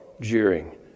jeering